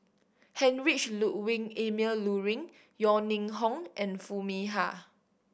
Heinrich Ludwig Emil Luering Yeo Ning Hong and Foo Mee Har